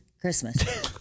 Christmas